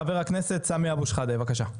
חבר הכנסת סמי אבו שחאדה, בבקשה.